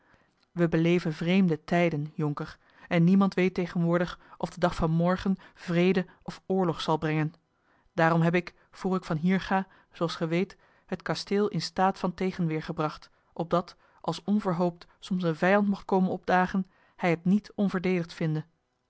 we beleven vreemde tijden jonker en niemand weet tegenwoordig of de dag van morgen vrede of oorlog zal brengen daarom heb ik voor ik van hier ga zooals ge weet het kasteel in staat van tegenweer gebracht opdat als onverhoopt soms een vijand mocht komen opdagen hij het niet onverdedigd vinde